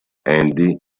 andy